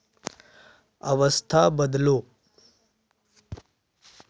अवस्था बदलो